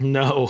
no